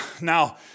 now